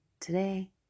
Today